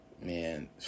man